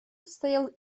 состояла